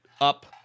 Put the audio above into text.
up